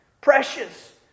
Precious